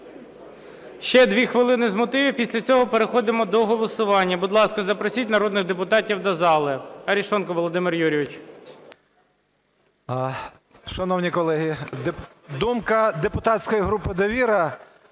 думка депутатської групи "Довіра"